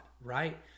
right